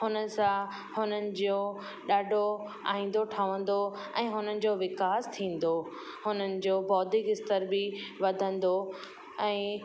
उन सां हुननि जो ॾाढो आइंदो ठहंदो ऐं हुननि जो विकास थींदो हुननि जो बौद्धिक स्तर बि वधंदो ऐं